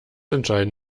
entscheiden